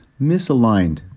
misaligned